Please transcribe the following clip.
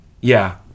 Yeah